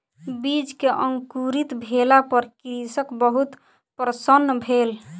बीज के अंकुरित भेला पर कृषक बहुत प्रसन्न भेल